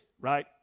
right